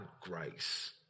grace